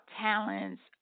talents